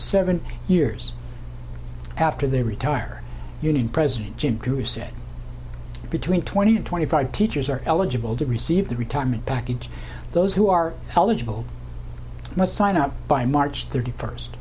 seven years after they retire union president jim greer said between twenty and twenty five teachers are eligible to receive the retirement package those who are eligible must sign up by march thirty first